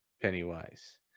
Pennywise